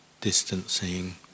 distancing